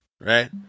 right